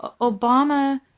Obama